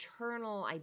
internal